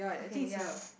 okay ya